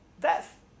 death